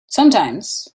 sometimes